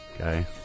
Okay